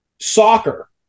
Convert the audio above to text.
Soccer